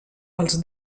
els